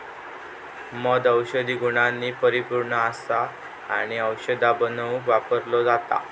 मध औषधी गुणांनी परिपुर्ण असा आणि औषधा बनवुक वापरलो जाता